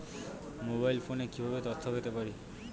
Mobile ফোনে কিভাবে তথ্য পেতে পারি?